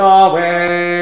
away